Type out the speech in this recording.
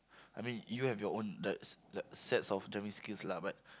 I mean you have your own like like sets of driving skills lah but